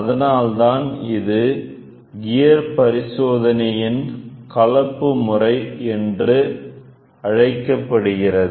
அதனால்தான் இது கியர் பரிசோதனையின் கலப்பு முறை என்று அழைக்கப்படுகிறது